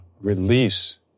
release